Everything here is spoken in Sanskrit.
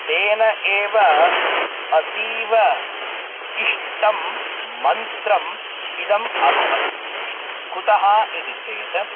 तेन एव अतीव इष्टं मन्त्रम् इदम् अभवत् कुतः इति चेत्